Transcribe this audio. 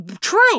true